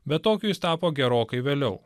bet tokiu jis tapo gerokai vėliau